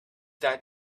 that